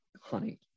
honey